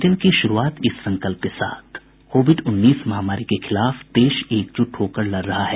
bulletin की शुरूआत इस संकल्प के साथ कोविड उन्नीस महामारी के खिलाफ देश एकजुट होकर लड़ रहा है